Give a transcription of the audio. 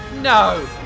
No